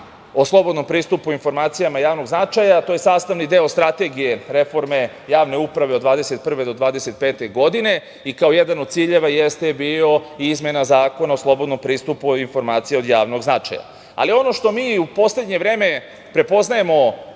o slobodnom pristupu informacijama od javnog značaja, to je sastavni deo Strategije reforme javne uprave od 2021. do 2025. godine i kao jedan od ciljeva jeste bio i izmena Zakona o slobodnom pristupu informacijama od javnog značaja. Ono što mi u poslednje vreme prepoznajemo